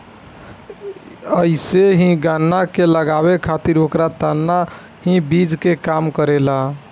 अइसे ही गन्ना के लगावे खातिर ओकर तना ही बीज के काम करेला